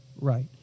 right